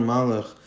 Malach